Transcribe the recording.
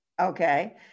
Okay